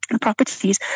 properties